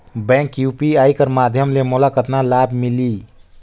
Bank UPI कर माध्यम ले मोला कतना लाभ मिली?